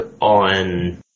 on